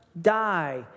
die